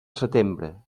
setembre